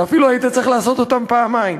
שאפילו היית צריך לעשות אותן פעמיים,